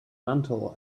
mantel